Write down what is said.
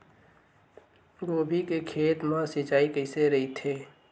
गोभी के खेत मा सिंचाई कइसे रहिथे?